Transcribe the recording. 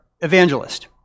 evangelist